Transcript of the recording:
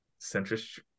Centrist